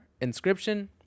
Inscription